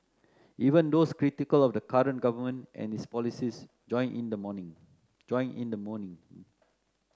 even those critical of the current government and its policies join in the mourning join in the mourning